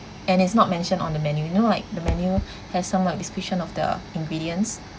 and is not mentioned on the menu you know like the menu has some like description of the ingredients